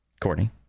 Courtney